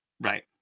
right